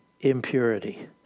impurity